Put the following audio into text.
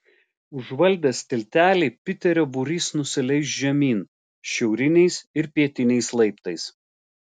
užvaldęs tiltelį piterio būrys nusileis žemyn šiauriniais ir pietiniais laiptais